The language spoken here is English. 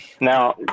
Now